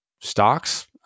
stocks